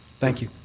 thank you.